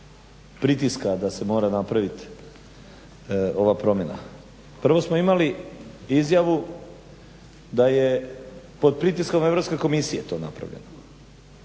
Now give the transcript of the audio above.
pritiska da se mora napravit ova promjena. Prvo smo imali izjavu da je pod pritiskom Europske komisije to napravljeno,